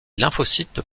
lymphocytes